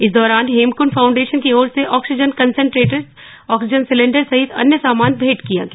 इस दौरान हेमकंट फाउंडेशन की ओर से ऑक्सीजन कंसेंटेटर्स आक्सीजन सिलिंडर सहित अन्य सामान भेंट किया गया